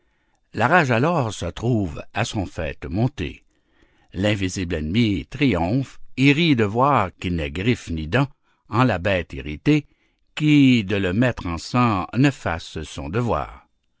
la rage alors se trouve à son faîte montée l'invisible ennemi triomphe et rit de voir qu'il n'est griffe ni dent en la bête irritée qui de la mettre en sang ne fasse son devoir